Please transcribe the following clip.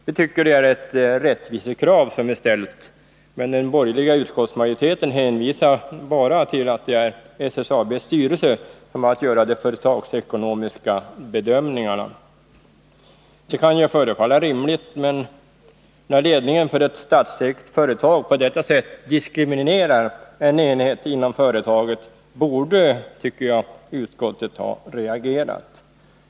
Vi tycker att det är ett rättvisekrav som vi har ställt, men den borgerliga utskottsmajoriteten hänvisar bara till att det är SSAB:s styrelse som har att göra de företagsekonomiska bedömningarna. Det kan ju förefalla rimligt, men när ledningen för ett statsägt företag på detta sätt diskriminerar en enhet inom företaget, borde utskottet ha reagerat, tycker jag.